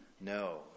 No